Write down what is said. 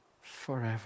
forever